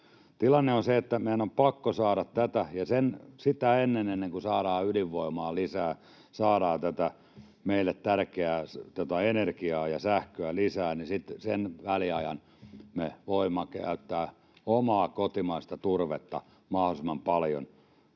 Tilanne on se, että meidän on pakko saada sitä, ja sitä ennen, ennen kuin saadaan ydinvoimaa lisää ja saadaan tätä meille tärkeää energiaa ja sähköä lisää, sen väliajan me voimme käyttää omaa, kotimaista turvetta mahdollisimman paljon.